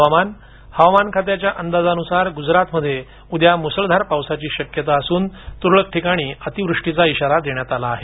हुवामान हवामान खात्याच्या अंदाजानुसार गुजरातमध्ये उद्या मुसळधार पावसाची शक्यता असून तुरळक ठिकाणी अतिवृष्टीचा इशारा देण्यात आला आहे